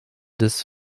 des